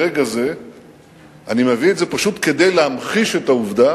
ברגע זה אני מביא את זה פשוט כדי להמחיש את העובדה